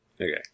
Okay